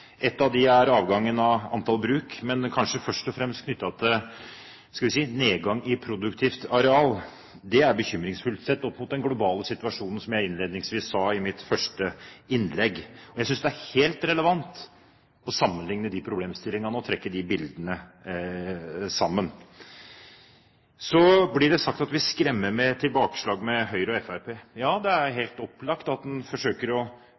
Et av dem er nedgangen i antall bruk, kanskje først og fremst knyttet til – skal vi si – nedgang i produktivt areal. Det er bekymringsfullt, sett opp mot den globale situasjonen, som jeg nevnte innledningsvis i mitt første innlegg. Jeg synes det er helt relevant å sammenligne disse problemstillingene og sammenholde disse bildene. Så blir det sagt at vi skremmer med at det blir tilbakeslag med Høyre og Fremskrittspartiet. Det er jo helt opplagt at en forsøker å